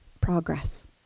progress